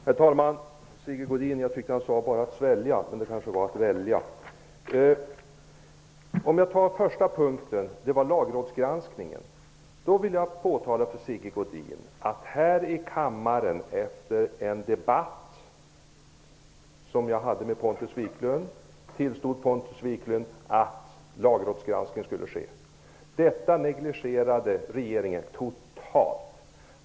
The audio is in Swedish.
Herr talman! Jag tyckte först att Sigge Godin sade att det bara är att svälja, men det kanske var att välja. Jag vill påtala för Sigge Godin att Pontus Wiklund här i kammaren efter en debatt som jag hade med honom tillstod att lagrådsgranskning skulle ske. Detta negligerade regeringen totalt!